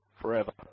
forever